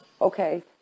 okay